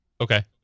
Okay